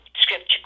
scripture